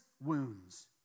wounds